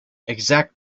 exact